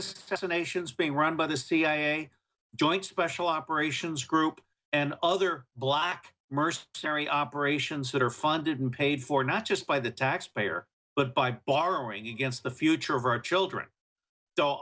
destinations being run by the cia joint special operations group and other black mers carry operations that are funded and paid for not just by the taxpayer but by borrowing against the future of our children